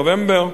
או נובמבר.